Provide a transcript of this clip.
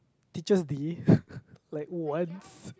teachers day like once